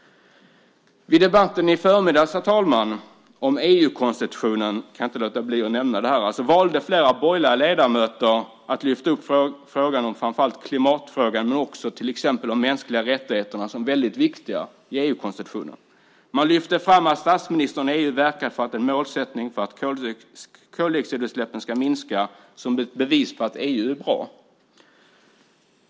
Vid debatten här i förmiddags, herr talman, om EU-konstitutionen valde de borgerliga ledamöterna - jag kan inte låta bli att nämna det - att lyfta fram framför allt klimatfrågan men också till exempel frågan om mänskliga rättigheter som viktiga i EU-konstitutionen. Man lyfte fram att statsministern i EU verkat för en målsättning för att koldioxidutsläppen ska minska som ett bevis på att EU är bra.